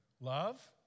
love